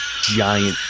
giant